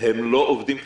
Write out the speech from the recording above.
הם לא עובדים חיוניים?